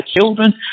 children